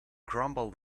crumble